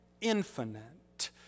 infinite